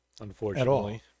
Unfortunately